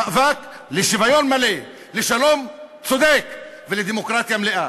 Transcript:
המאבק לשוויון מלא, לשלום צודק ולדמוקרטיה מלאה.